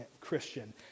Christian